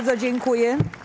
dziękuję.